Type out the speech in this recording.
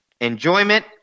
enjoyment